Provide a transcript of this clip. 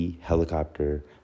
helicopter